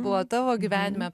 buvo tavo gyvenime